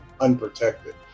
unprotected